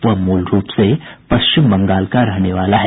वह मूल रूप से पश्चिम बंगाल का रहने वाला है